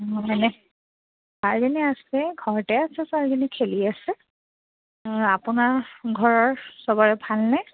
অঁ মানে ছোৱালীজনী আছে ঘৰতে আছে ছোৱালীজনী খেলি আছে আপোনাৰ ঘৰৰ সবৰে ভালনে